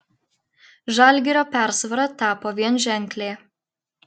žalgirio persvara tapo vienženklė